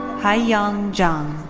hayoung jang.